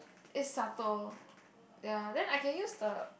eat supper ya then I can use the